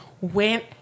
went